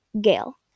Gail